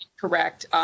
correct